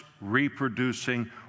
reproducing